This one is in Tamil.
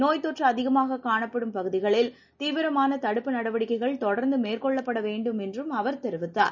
நோய்த் தொற்று அதிகமாக காணப்படும் பகுதிகளில் தீவிரமான தடுப்பு நடவடிக்கைகள் தொடர்ந்து மேற்கொள்ளப்பட வேண்டும் என்றும் அவர் தெரிவித்தார்